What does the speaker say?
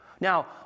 Now